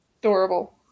adorable